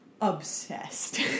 obsessed